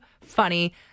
funny